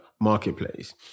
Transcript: marketplace